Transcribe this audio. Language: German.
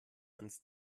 ans